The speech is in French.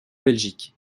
belgique